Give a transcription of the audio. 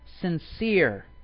sincere